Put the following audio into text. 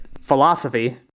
Philosophy